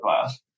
class